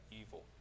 evil